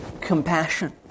compassion